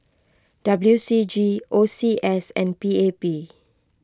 W C G O C S and P A P